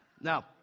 Now